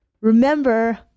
Remember